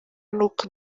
nuko